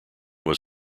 was